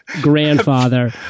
grandfather